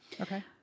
Okay